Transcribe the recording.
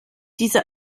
diese